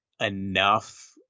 enough